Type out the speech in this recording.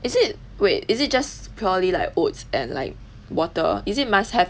is it wait is it just purely like oats and like water is it must have